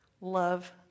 Love